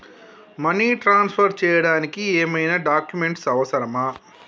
Money transfer చేయడానికి ఏమైనా documents అవసరమా?